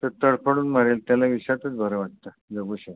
तर तडफडून मरेल त्याला विषातच बरं वाटतं जगू शकतो